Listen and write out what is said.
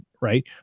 right